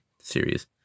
series